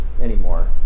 anymore